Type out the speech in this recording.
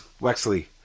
Wexley